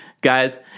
guys